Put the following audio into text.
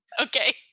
Okay